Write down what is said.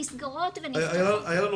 מסגרות נסגרות ונפתחות --- היו לנו